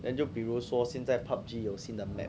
then 就比如说现在 P_U_B_G 有新的 map